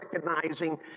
recognizing